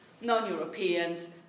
non-Europeans